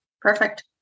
Perfect